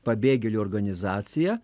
pabėgėlių organizacija